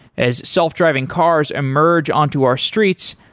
as self-driving cars and merge on to our streets,